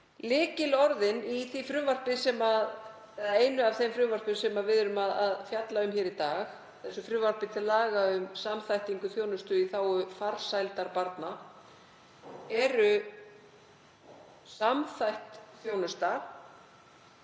Lykilorðin í einu af þeim frumvörpum sem við erum að fjalla um hér í dag, frumvarpi til laga um samþættingu þjónustu í þágu farsældar barna, er samþætt þjónusta